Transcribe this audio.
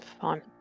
Fine